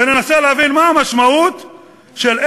וננסה להבין מה המשמעות של,